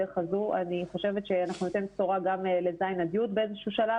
אני חושבת שניתן בשורה גם לכיתות ז י בשלב כלשהו.